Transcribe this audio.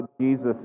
Jesus